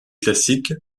classique